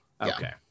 okay